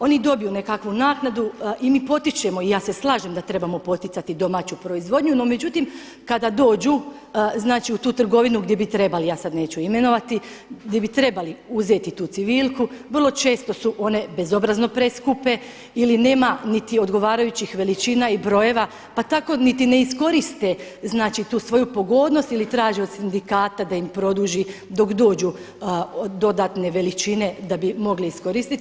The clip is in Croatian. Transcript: Oni dobiju nekakvu naknadu i mi potičemo i ja se slažem da trebamo poticati domaću proizvodnju no međutim kada dođu znači u tu trgovinu gdje bi trebali ja sad neću imenovati, gdje bi trebali uzeti tu civilku vrlo često su one bezobrazno preskupe ili nema niti odgovarajućih veličina i brojeva pa tako niti ne iskoriste znači tu svoju pogodnost ili traže od sindikata da im produži dok dođu dodatne veličine da bi mogli iskoristiti.